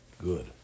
good